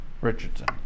Richardson